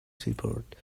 support